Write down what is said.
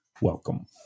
Welcome